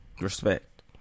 Respect